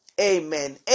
Amen